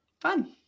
Fun